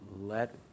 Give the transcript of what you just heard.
let